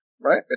right